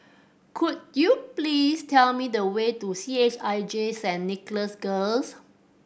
could you please tell me the way to C H I J Saint Nicholas Girls